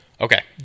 okay